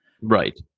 Right